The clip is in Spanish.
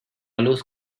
luz